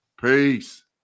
Peace